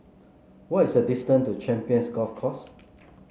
what is the distance to Champions Golf Course